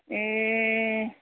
ए